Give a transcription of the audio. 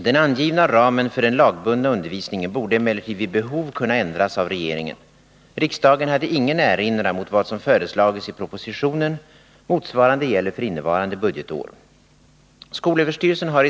Den angivna ramen för den lagbundna undervisningen borde emellertid vid behov kunna ändras av regeringen. Riksdagen hade ingen erinran mot vad som föreslagits i propositionen .